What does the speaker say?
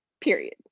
period